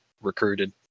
recruited